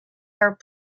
are